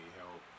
help